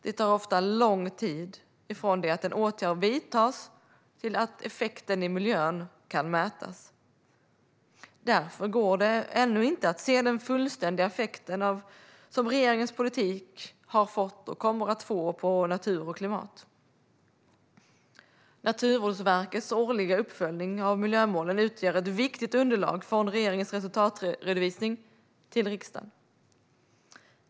Det tar ofta lång tid från det att en åtgärd vidtas till att effekten i miljön kan mätas. Därför går det ännu inte att se den fullständiga effekten som regeringens politik har fått och kommer att få på natur och klimat. Naturvårdsverkets årliga uppföljning av miljömålen utgör ett viktigt underlag för regeringens resultatredovisning till riksdagen.